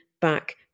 back